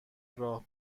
راه